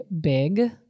Big